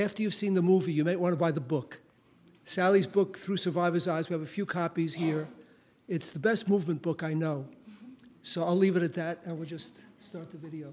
after you've seen the movie you might want to buy the book sally's book through survivors eyes have a few copies here it's the best movement book i know so i'll leave it at that and we'll just start the video